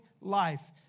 life